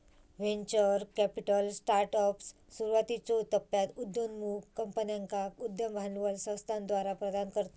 venture capital startups, सुरुवातीच्यो टप्प्यात उदयोन्मुख कंपन्यांका उद्यम भांडवल संस्थाद्वारा प्रदान करता